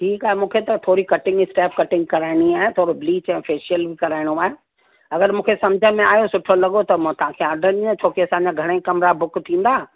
ठीकु आहे मूंखे त थोरी कटिंग स्टैप कटिंग कराइणी आहे थोरो ब्लीच ऐं फ़ैशल बि कराइणो आहे अगरि मूंखे सम्झि में आयो सुठो लॻो त पोइ तव्हांखे आर्डर ॾींदसि छो की असांजा घणेई कमिरा बुक थींदा